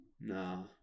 Nah